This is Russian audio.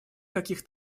каких